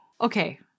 Okay